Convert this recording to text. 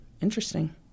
interesting